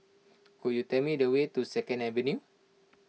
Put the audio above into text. could you tell me the way to Second Avenue